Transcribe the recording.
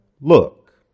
Look